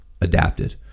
Adapted